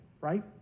right